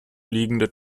liegende